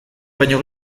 baino